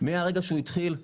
מהרגע שהוא התחיל,